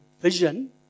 vision